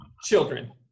children